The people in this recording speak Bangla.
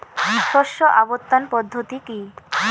শস্য আবর্তন পদ্ধতি কি?